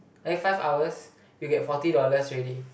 then five hours you get forty dollars already